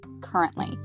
currently